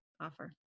offer